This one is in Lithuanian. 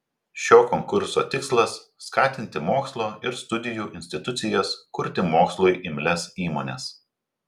šio konkurso tikslas skatinti mokslo ir studijų institucijas kurti mokslui imlias įmones